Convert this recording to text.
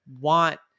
want